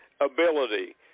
ability